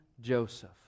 Joseph